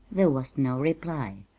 there was no reply.